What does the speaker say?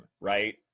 right